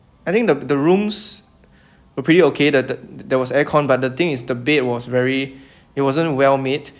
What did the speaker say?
I think the the rooms are pretty okay the that was air cond but the thing is the bed was very it wasn't well made